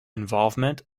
involvement